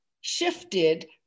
shifted